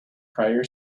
prior